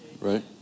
right